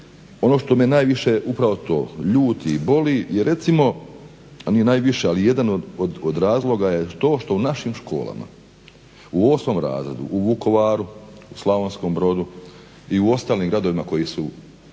ono što me najviše upravo ljudi i boli je recimo, nije najviše ali jedan od razloga je to što u našim školama u 8. razredu u Vukovaru u Slavonskom Brodu i u ostalim gradovima koji su